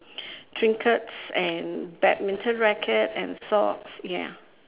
trinkets and badminton racket and socks ya